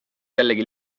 jällegi